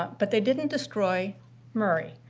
but they didn't destroy murray.